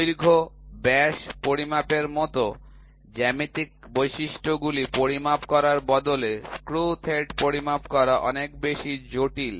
দৈর্ঘ্য ব্যাস পরিমাপের মতো জ্যামিতিক বৈশিষ্ট্যগুলি পরিমাপ করার বদলে স্ক্রু থ্রেড পরিমাপ করা অনেক বেশি জটিল